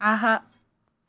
ஆஹா